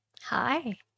Hi